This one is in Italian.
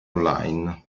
online